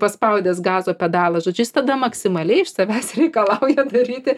paspaudęs gazo pedalą žodžiu jis tada maksimaliai iš savęs reikalauja daryti